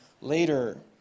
later